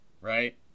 right